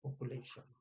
population